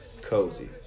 cozy